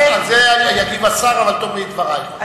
על זה יגיב השר, אבל תאמרי את דברייך, בבקשה.